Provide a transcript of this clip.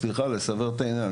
סליחה, לסבר את העניין.